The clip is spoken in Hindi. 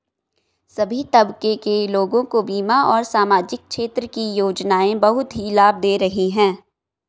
सभी तबके के लोगों को बीमा और सामाजिक क्षेत्र की योजनाएं बहुत ही लाभ दे रही हैं